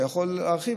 אתה יכול להרחיב,